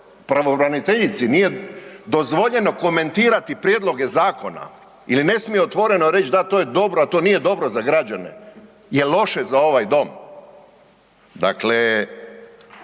pravobraniteljici nije dozvoljeno komentirati prijedloge zakona ili ne smije otvoreno reć da to je dobro, a to nije dobro za građane, je loše za ovaj dom. Dakle,